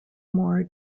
more